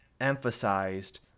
emphasized